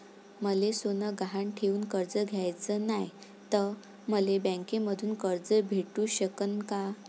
मले सोनं गहान ठेवून कर्ज घ्याचं नाय, त मले बँकेमधून कर्ज भेटू शकन का?